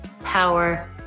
power